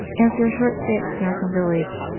after a short stay at this mountain village,